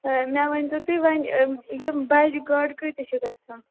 ہے مےٚ ؤنۍ تَو تُہۍ وۅنۍ یِم بجہِ گاڈٕ کۭتِس چھِ گژھان